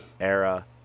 era